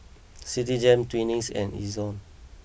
Citigem Twinings and Ezion